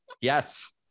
Yes